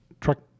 truck